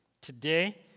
Today